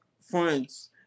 friends